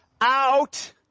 out